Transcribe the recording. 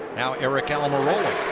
now aric almirola.